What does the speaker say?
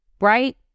right